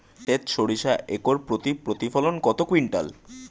সেত সরিষা একর প্রতি প্রতিফলন কত কুইন্টাল?